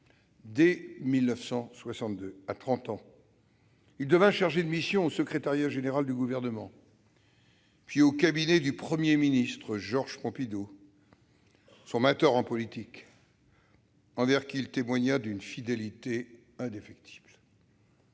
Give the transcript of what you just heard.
dès 1962, à trente ans, il devint chargé de mission au secrétariat général du Gouvernement, puis au cabinet du Premier ministre, Georges Pompidou, son mentor en politique, auquel il témoigna une fidélité indéfectible.